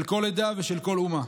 של כל עדה ושל כל אומה.